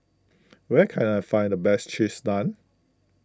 where can I find the best Cheese Naan